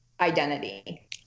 identity